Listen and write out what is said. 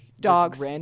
Dogs